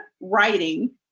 writing